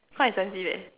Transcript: quite expensive leh